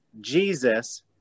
Jesus